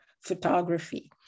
photography